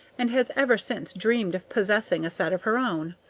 and has ever since dreamed of possessing a set of her own.